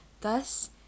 Thus